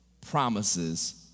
promises